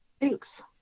Thanks